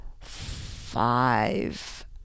five